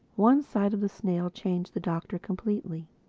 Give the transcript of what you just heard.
one sight of the snail changed the doctor completely.